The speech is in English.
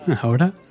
Ahora